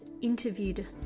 interviewed